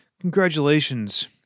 Congratulations